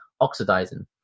oxidizing